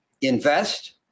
invest